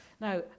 Now